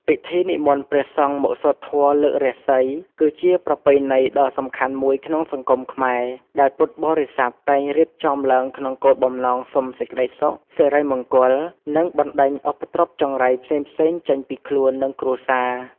ពិធីនិមន្តព្រះសង្ឃមកសូត្រធម៌លើករាសី គឺជាប្រពៃណីដ៏សំខាន់មួយក្នុងសង្គមខ្មែរ ដែលពុទ្ធបរិស័ទតែងរៀបចំឡើងក្នុងគោលបំណងសុំសេចក្តីសុខ សិរីមង្គល និងបណ្ដេញឧបទ្រពចង្រៃផ្សេងៗចេញពីខ្លួន និងគ្រួសារ។